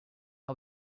are